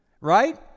right